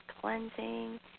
cleansing